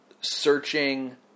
searching